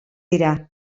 dira